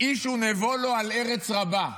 "איש ונבו לו / על ארץ רבה."